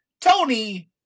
Tony